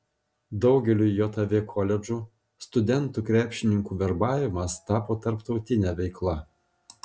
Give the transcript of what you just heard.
daugeliui jav koledžų studentų krepšininkų verbavimas tapo tarptautine veikla